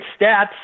stats